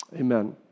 Amen